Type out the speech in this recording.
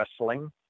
wrestling